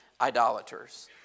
idolaters